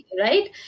right